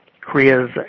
Korea's